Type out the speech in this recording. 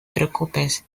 preocupes